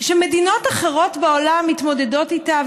שמדינות אחרות בעולם מתמודדות איתה,